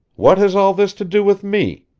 what has all this to do with me?